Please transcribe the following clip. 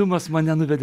tomas mane nuvedė